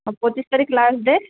ହଁ ପଚିଶ ତାରିଖ ଲାଷ୍ଟ ଡେଟ୍